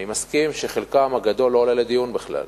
אני מסכים שחלקן הגדול לא עולה לדיון בכלל,